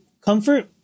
comfort